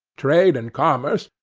trade and commerce,